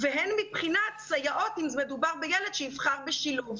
והן מבחינת סייעות אם מדובר בילד שיבחר בשילוב.